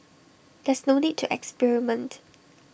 there's no need to experiment